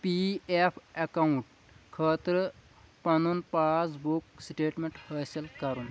P F account خٲطرٕ پَنُن pass book statement حٲصِل کَرُن